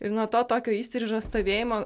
ir nuo to tokio įstrižo stovėjimo